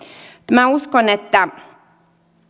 minä uskon että